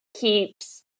keeps